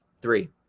Three